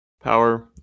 Power